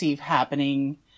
happening